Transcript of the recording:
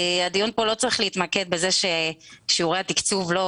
הדיון פה לא צריך להתמקד בזה ששיעורי התקצוב לא